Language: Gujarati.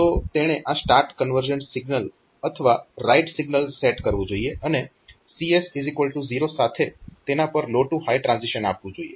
તો તેણે આ સ્ટાર્ટ કન્વર્ઝન સિગ્નલ અથવા રાઈટ સિગ્નલ સેટ કરવું જોઈએ અને CS 0 સાથે તેના પર લો ટૂ હાય ટ્રાન્ઝીશન આપવું જોઈએ